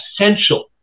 essential